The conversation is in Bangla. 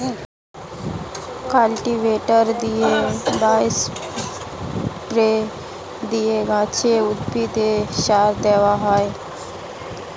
কাল্টিভেটর দিয়ে বা স্প্রে দিয়ে গাছে, উদ্ভিদে সার দেওয়া হয়